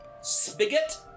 Spigot